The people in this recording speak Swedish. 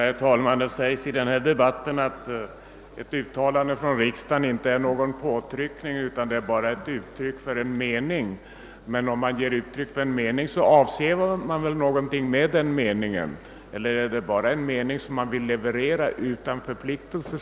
Herr talman! Det sägs i denna debatt att ett uttalande från riksdagen inte är någon påtryckning utan bara ett ututtryck för en mening. Men om man ger uttryck för en mening, så avser man väl något med den meningen. Eller är det bara en mening som man vill uttala utan förpliktelse?